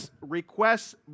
requests